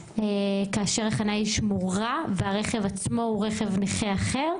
כאשר החניה היא שמורה והרכב עצמו הוא רכב נכה אחר?